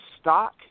stock